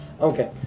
Okay